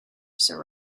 sir